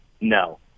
no